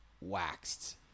waxed